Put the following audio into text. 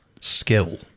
skill